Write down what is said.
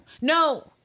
no